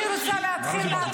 אני רוצה להתחיל מהתחלה.